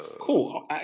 cool